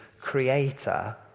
creator